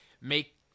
make